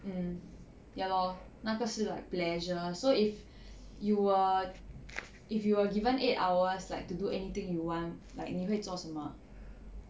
mm ya lor 那个是 like pleasure so if you were if you were given eight hours like to do anything you want like 你会做什么